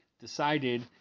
decided